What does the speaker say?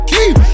Keep